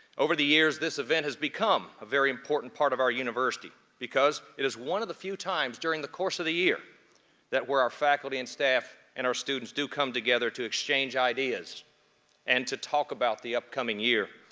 over the years this event has become a very important part of our university because it is one of the few times during the course of the year that where our faculty and staff and our students do come together to exchange ideas and to talk about the upcoming year.